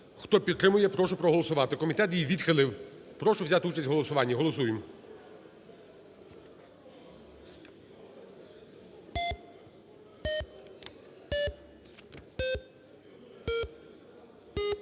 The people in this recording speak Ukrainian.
Хто підтримує, прошу проголосувати. Комітет її відхилив. Прошу взяти участь у голосуванні. Голосуємо.